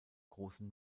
großen